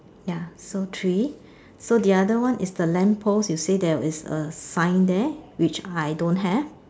ya so three so the other one is the lamp post you say that is a sign there which I don't have